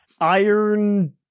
Iron